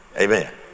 Amen